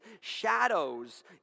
shadows